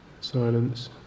silence